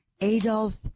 Adolf